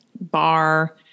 bar